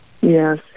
Yes